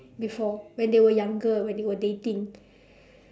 before when they were younger when they were dating